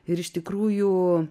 ir iš tikrųjų